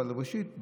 אבל ראשית,